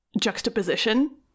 juxtaposition